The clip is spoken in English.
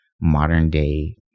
modern-day